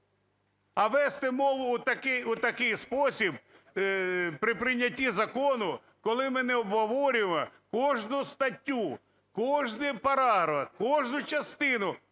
А вести мову у такий спосіб при прийнятті закону, коли ми не обговорюємо кожну статтю, кожний параграф, кожну частину,